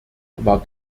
war